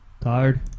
tired